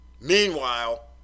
Meanwhile